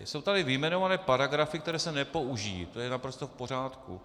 Jsou tady vyjmenované paragrafy, které se nepoužijí, to je naprosto v pořádku.